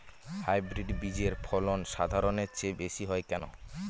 Hybrid বীজের ফলন সাধারণের চেয়ে বেশী হয় কেনো?